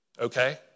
okay